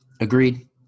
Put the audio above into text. Agreed